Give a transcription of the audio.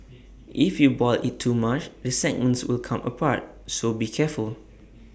if you boil IT too much the segments will come apart so be careful